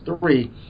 three